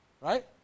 Right